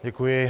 Děkuji.